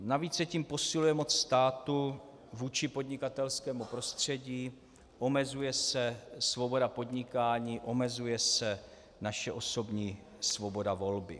Navíc se tím posiluje moc státu vůči podnikatelskému prostředí, omezuje se svoboda podnikání, omezuje se naše osobní svoboda volby.